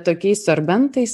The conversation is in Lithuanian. tokiais serbentais